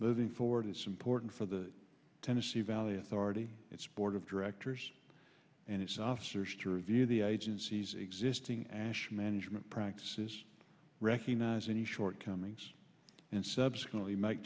moving forward it's important for the tennessee valley authority its board of directors and its officers to review the agency's existing ash management practices recognize any shortcomings and subsequently ma